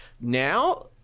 Now